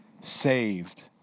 Saved